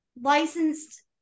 licensed